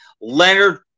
Leonard